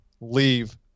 Leave